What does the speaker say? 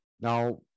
now